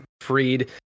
freed